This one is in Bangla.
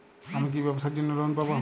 আমি কি ব্যবসার জন্য লোন পাব?